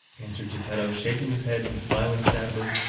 answered geppetto, shaking his head and smiling sadly.